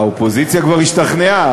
האופוזיציה כבר השתכנעה.